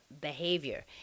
behavior